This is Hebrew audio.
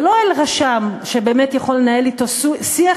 ולא אל רשם שבאמת יכול לנהל אתו שיח